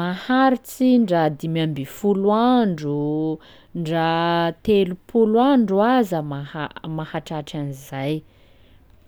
maharitsy ndra dimby amby folo andro, ndra telopolo andro aza maha- mahatratra an'izay.